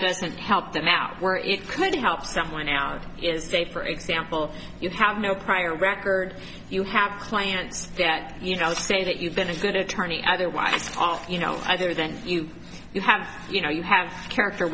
doesn't help them now where it could help someone out is they for example you have no prior record you have clients that you know say that you've been a good attorney otherwise off you know other than you you have you know you have character